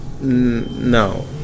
No